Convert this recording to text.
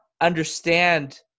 understand